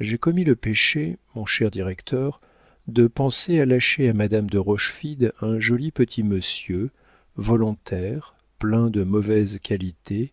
j'ai commis le péché mon cher directeur de penser à lâcher à madame de rochefide un joli petit monsieur volontaire plein de mauvaises qualités